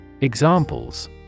Examples